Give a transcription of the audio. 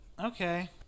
Okay